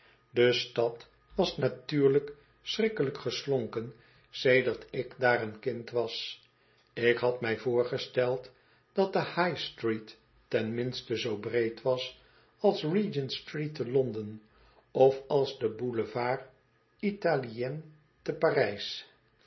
de stad was natuurlijk schrikkelijk geslonken sedert ik daar een kind was ik had mij voorgesteld dat de high-street ten minste zoo breed was als regent-street te londen of als de boulevard italien te parijs